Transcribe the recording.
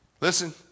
Listen